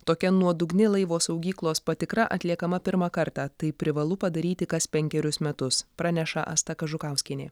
tokia nuodugni laivo saugyklos patikra atliekama pirmą kartą tai privalu padaryti kas penkerius metus praneša asta kažukauskienė